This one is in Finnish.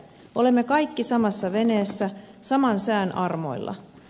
olemme kaikki samassa veneessä saman sään armoilla